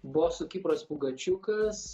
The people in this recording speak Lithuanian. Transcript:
bosu kipras pugačiukas